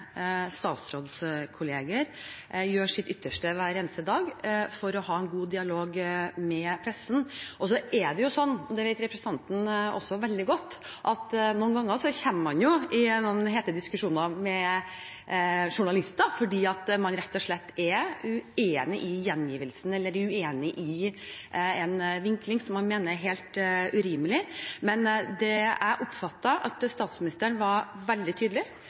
statsrådskolleger gjør sitt ytterste hver eneste dag for å ha en god dialog med pressen. Noen ganger er det sånn, og det vet også representanten veldig godt, at man kommer i hete diskusjoner med journalister fordi man rett og slett er uenig i gjengivelsen eller uenig i en vinkling som man mener er helt urimelig. Men jeg oppfatter at statsministeren var veldig tydelig